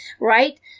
Right